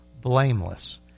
blameless